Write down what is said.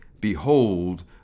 Behold